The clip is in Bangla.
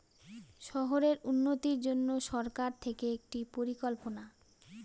শহরের উন্নতির জন্য সরকার থেকে একটি পরিকল্পনা